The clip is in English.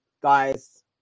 guys